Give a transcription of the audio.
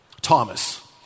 Thomas